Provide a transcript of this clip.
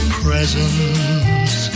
presents